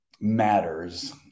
matters